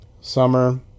summer